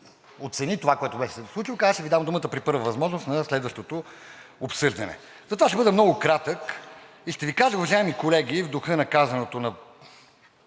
оцени това, което се беше случило, и каза: ще Ви дам думата при първа възможност на следващо обсъждане. Затова ще бъда много кратък и ще Ви кажа, уважаеми колеги, в духа на казаното на